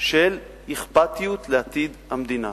של אכפתיות לעתיד המדינה.